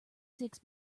six